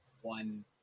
one